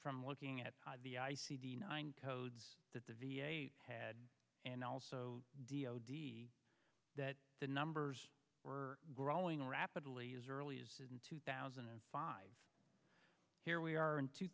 from looking at the i c d nine codes that the v a had and also d o d that the numbers were growing rapidly as early as in two thousand and five here we are in two